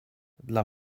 dla